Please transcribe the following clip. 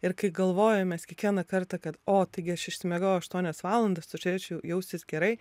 ir kai galvojam mes kiekvieną kartą kad o taigi aš išsimiegojau aštuonias valandas turėčiau jaustis gerai